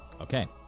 Okay